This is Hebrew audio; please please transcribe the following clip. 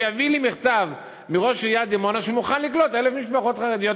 שיביא לי מכתב מראש עיריית דימונה שהוא מוכן לקלוט 1,000 משפחות חרדיות.